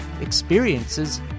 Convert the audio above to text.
experiences